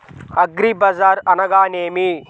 అగ్రిబజార్ అనగా నేమి?